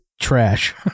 trash